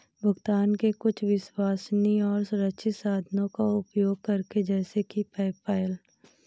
भुगतान के कुछ विश्वसनीय और सुरक्षित साधनों का उपयोग करें जैसे कि पेपैल